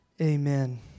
Amen